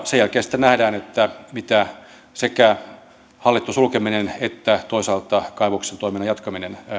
sen jälkeen sitten nähdään mitä sekä hallittu sulkeminen että toisaalta kaivoksen toiminnan jatkaminen